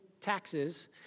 taxes